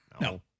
no